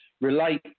relate